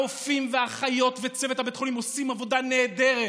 הרופאים והאחיות וצוות בית החולים עושים עבודה נהדרת